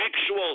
actual